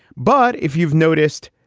but if you've noticed,